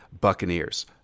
Buccaneers